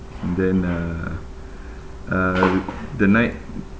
and then uh uh the night